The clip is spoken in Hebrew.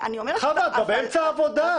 חוה, את כבר באמצע העבודה.